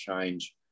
change